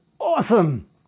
awesome